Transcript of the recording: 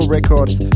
Records